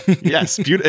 yes